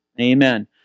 Amen